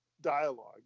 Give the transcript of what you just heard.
dialogue